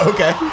Okay